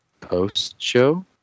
Post-show